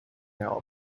now